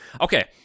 Okay